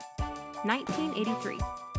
1983